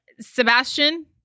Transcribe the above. Sebastian